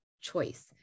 choice